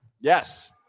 Yes